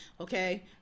okay